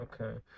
okay